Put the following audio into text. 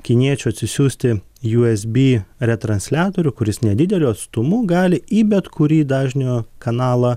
kiniečių atsisiųsti usb retransliatorių kuris nedideliu atstumu gali į bet kurį dažnio kanalą